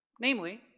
Namely